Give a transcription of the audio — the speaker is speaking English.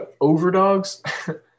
overdogs